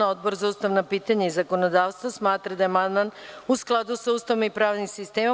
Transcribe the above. Odbor za ustavna pitanja i zakonodavstvo smatra da je amandman u skladu sa Ustavom i pravnim sistemom.